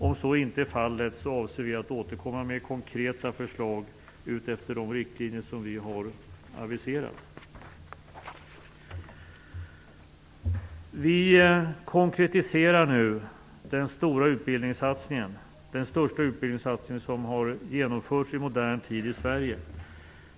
Om så inte blir fallet avser vi att återkomma med konkreta förslag utifrån de riktlinjer vi har aviserat. Vi konkretiserar nu den stora utbildningssatsningen. Det är den största utbildningssatsning som har genomförts i modern tid i Sverige.